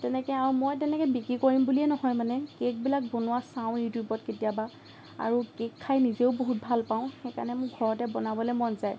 তেনেকে আৰু মই তেনেকে বিক্ৰী কৰিম বুলিয়ে নহয় মানে কেক বিলাক বনোৱা চাওঁ ইউটিউবত কেতিয়াবা আৰু কেক খাই নিজেও বহুত ভাল পাওঁ সেইকাৰণে মোৰ ঘৰতে বনাবলে মন যায়